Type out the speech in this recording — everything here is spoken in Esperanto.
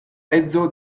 edzo